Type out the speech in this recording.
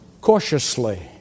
Cautiously